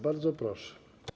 Bardzo proszę.